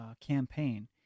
campaign